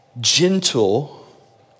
gentle